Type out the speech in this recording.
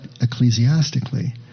ecclesiastically